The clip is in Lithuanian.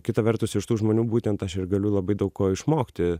kitą vertus iš tų žmonių būtent aš ir galiu labai daug ko išmokti